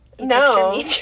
no